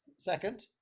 Second